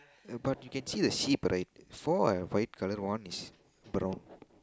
uh but you can see the sheep right four are white colour one is brown